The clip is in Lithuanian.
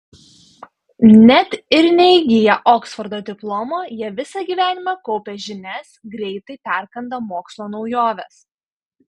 net ir neįgiję oksfordo diplomo jie visą gyvenimą kaupia žinias greitai perkanda mokslo naujoves